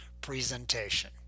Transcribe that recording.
presentation